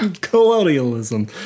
Colonialism